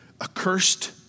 accursed